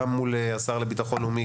מול השר לביטחון פנים,